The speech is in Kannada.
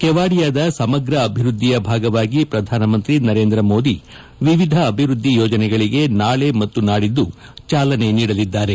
ಕೆವಾಡಿಯಾದ ಸಮಗ್ರ ಅಭಿವೃದ್ದಿಯ ಭಾಗವಾಗಿ ಶ್ರಧಾನಮಂತ್ರಿ ನರೇಂದ್ರ ಮೋದಿ ವಿವಿಧ ಅಭಿವ್ಯದ್ದಿ ಯೋಜನೆಗಳಿಗೆ ನಾಳೆ ಮತ್ತು ನಾಡಿದ್ದು ಚಾಲನೆ ನೀಡಲಿದ್ದಾರೆ